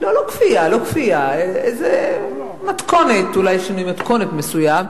לא כפייה, אולי שינוי מתכונת מסוים.